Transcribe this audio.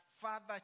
father